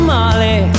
Molly